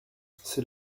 c’est